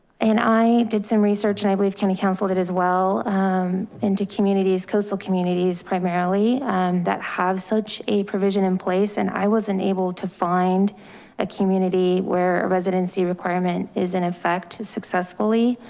and i did some research and i believe county council that as well, i'm into communities, coastal communities, primarily that have such a provision in place. and i wasn't able to find a community where a residency requirement is in effect successfully.